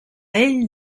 ell